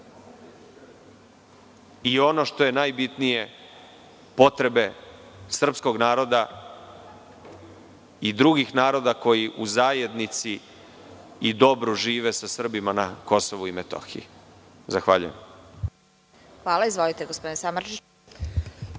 i ono što je najbitnije, potrebe srpskog naroda i drugih naroda koji u zajednici i dobru žive sa Srbima na Kosovu i Metohiji. Zahvaljujem. **Vesna Kovač** Izvolite, gospodine Samardžiću.